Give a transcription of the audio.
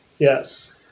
Yes